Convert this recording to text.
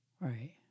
right